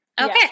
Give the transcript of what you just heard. Okay